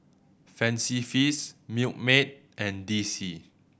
Fancy Feast Milkmaid and D C